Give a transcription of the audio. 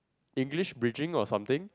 English bridging or something